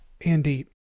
Andy